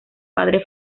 padre